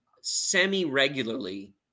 semi-regularly